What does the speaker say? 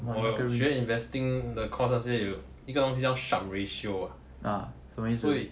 我学 investing the course 那些有一个东西叫 sharp ratio ah 所以